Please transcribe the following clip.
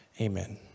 Amen